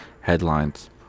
headlines